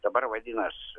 dabar vadinas